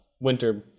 winter